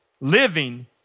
living